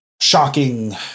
shocking